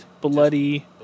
bloody